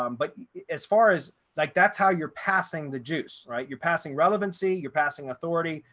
um but as far as like, that's how you're passing the juice, right? you're passing relevancy, you're passing authority,